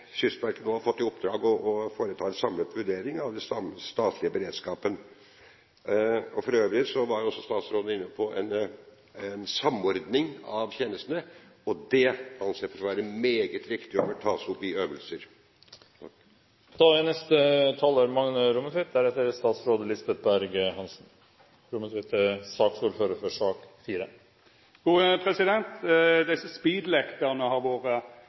oppdrag å foreta en samlet vurdering av den statlige beredskapen. For øvrig var også statsråden inne på en samordning av tjenestene. Det anser jeg for å være meget viktig og bør tas med i øvelser. Desse speedlekterane har vorte diskuterte ein del, og det er